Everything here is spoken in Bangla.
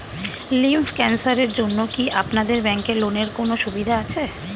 লিম্ফ ক্যানসারের জন্য কি আপনাদের ব্যঙ্কে লোনের কোনও সুবিধা আছে?